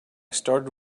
started